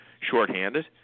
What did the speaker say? shorthanded